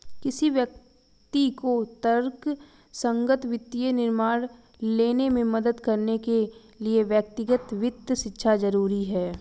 किसी व्यक्ति को तर्कसंगत वित्तीय निर्णय लेने में मदद करने के लिए व्यक्तिगत वित्त शिक्षा जरुरी है